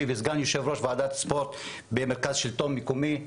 וסגן יושב ראש וועדת ספורט במרכז השלטון המקומי.